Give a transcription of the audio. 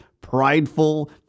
prideful